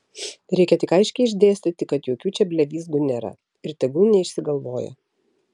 reikia tik aiškiai išdėstyti kad jokių čia blevyzgų nėra ir tegul neišsigalvoja